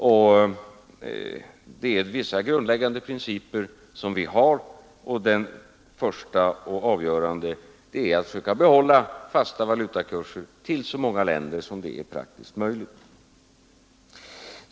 Vi har vissa grundläggande principer, och den första och avgörande är att försöka behålla fasta valutakurser till så många länder som det är praktiskt möjligt.